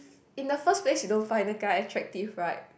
in the first place you don't find a guy attractive right